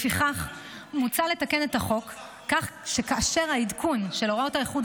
לפיכך מוצע לתקן את החוק כך שכאשר העדכון של הוראות האיחוד